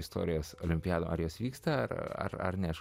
istorijos olimpiada ar jos vyksta ar ar ne aš